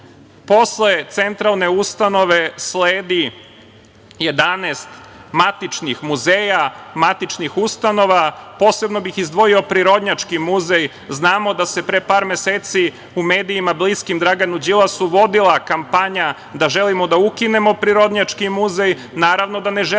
Centralne ustanove sledi 11 matičnih muzeja, matičnih ustanova. Posebno bih izdvojio Prirodnjački muzej. Znamo da se pre par meseci u medijima bliskim Draganu Đilasu vodila kampanja da želimo da ukinemo Prirodnjački muzej. Naravno da ne želimo da ga ukinemo, stavljamo